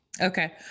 okay